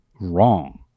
wrong